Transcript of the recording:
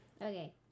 Okay